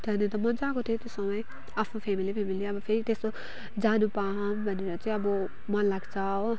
त्यहाँदेखि अन्त मज्जा आएको थियो त्यो समय आफ्नो फेमेली फेमेली अब फेरि त्यस्तो जानु पाउँ भनेर चाहिँ अब मन लाग्छ हो